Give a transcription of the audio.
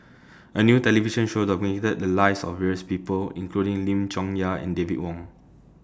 A New television Show documented The Lives of various People including Lim Chong Yah and David Wong